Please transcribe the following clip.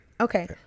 Okay